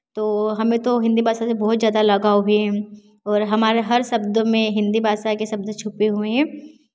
तो हमें तो हिंदी भाषा से बहुत ज्यादा लगाव है और हमारे हर शब्द में हिंदी भाषा के शब्द छुपे हुए हैं